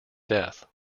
death